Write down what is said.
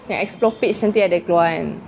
explore page nanti ada keluar kan